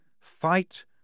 Fight